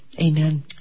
amen